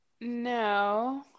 No